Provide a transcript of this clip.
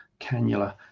cannula